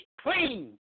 clean